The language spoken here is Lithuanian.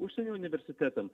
užsienio universitetam